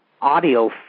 audio